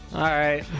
i